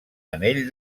anell